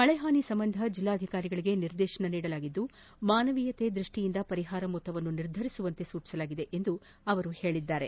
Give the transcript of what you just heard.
ಮಳೆ ಹಾನಿ ಸಂಬಂಧ ಜಿಲ್ಲಾಧಿಕಾರಿಗಳಿಗೆ ನಿರ್ದೇಶನ ನೀಡದ್ದು ಮಾನವೀಯತೆ ದೃಷ್ಷಿಯಿಂದ ಪರಿಹಾರ ಮೊತ್ತವನ್ನು ನಿರ್ಧರಿಸುವಂತೆ ಸೂಚಿಸಲಾಗಿದೆ ಎಂದು ಅವರು ಹೇಳಿದರು